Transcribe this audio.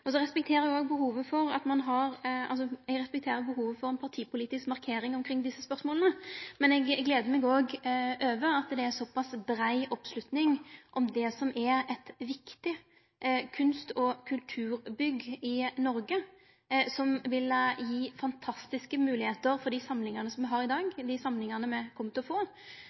Så respekterer eg òg behovet for ei partipolitisk markering omkring desse spørsmåla. Men eg gler meg over at det er ei så pass brei oppslutning om det som er eit viktig kunst- og kulturbygg i Noreg. Det vil gje fantastiske moglegheiter for dei samlingane me har i dag, og for dei samlingane me kjem til å få.